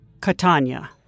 Catania